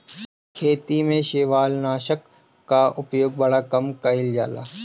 खेती में शैवालनाशक कअ उपयोग बड़ा कम कइल जाला